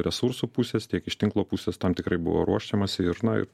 resursų pusės tiek iš tinklo pusės tam tikrai buvo ruošiamasi ir na ir